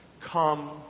Come